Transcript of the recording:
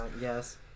Yes